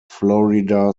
florida